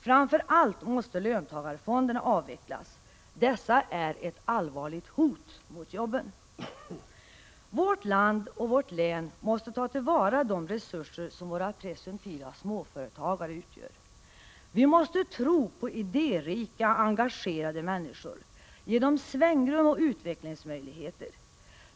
Framför allt måste löntagarfonderna avvecklas. Dessa är ett allvarligt hot mot jobben. Vårt land och vårt län måste ta till vara de resurser som våra presumtiva småföretagare utgör. Vi måste tro på idérika engagerade människor, ge dem svängrum och utvecklingsmöjligheter.